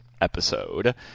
episode